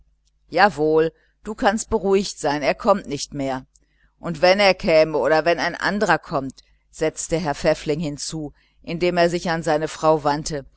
jawohl du kannst beruhigt sein er kommt nicht mehr und wenn er käme oder wenn ein anderer kommt setzte herr pfäffling hinzu indem er sich an seine frau wandte